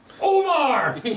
Omar